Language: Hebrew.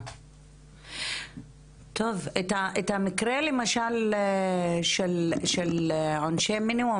את המקרה למשל של עונשי מינימום,